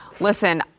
Listen